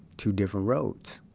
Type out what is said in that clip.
two different roads.